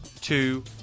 two